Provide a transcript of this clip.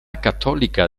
cattolica